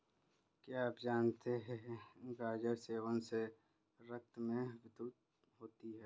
क्या आप जानते है गाजर सेवन से रक्त में वृद्धि होती है?